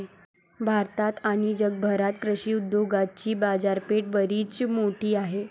भारतात आणि जगभरात कृषी उद्योगाची बाजारपेठ बरीच मोठी आहे